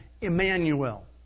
Emmanuel